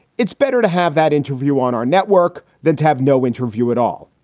it's better to have that interview on our network than to have no interview at all.